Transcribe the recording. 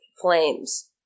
flames